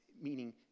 meaning